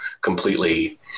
completely